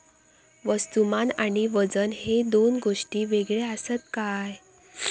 वस्तुमान आणि वजन हे दोन गोष्टी वेगळे आसत काय?